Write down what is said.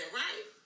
right